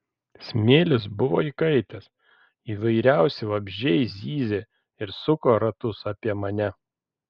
smėlis buvo įkaitęs įvairiausi vabzdžiai zyzė ir suko ratus apie mane